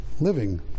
living